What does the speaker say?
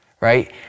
right